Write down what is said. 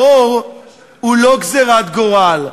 טרור הוא לא גזירת גורל,